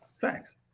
Thanks